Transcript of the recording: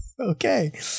Okay